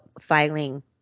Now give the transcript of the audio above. filing